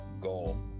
goal